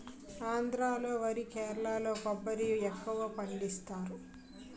ఆంధ్రా లో వరి కేరళలో కొబ్బరి ఎక్కువపండిస్తారు